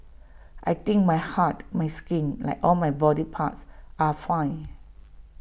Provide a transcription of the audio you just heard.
I think my heart my skin like all my body parts are fine